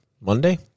Monday